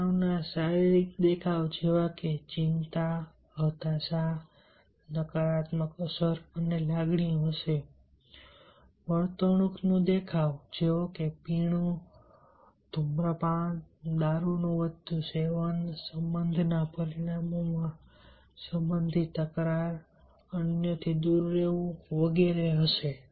તણાવના શારીરિક દેખાવો જેવા કે ચિંતા હતાશા નકારાત્મક અસર અને લાગણીઓ હશે વર્તણૂકનું દેખાવ જેવો કે પીણું ધૂમ્રપાન દારૂનું વધતું સેવન સંબંધના પરિણામો સંબંધી તકરાર અન્યથી દૂર રહેવું વગેરે હશે